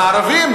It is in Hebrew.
והערבים,